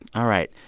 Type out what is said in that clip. all right,